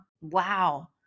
Wow